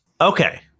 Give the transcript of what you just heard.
Okay